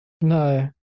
No